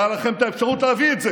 הייתה לכם האפשרות להביא את זה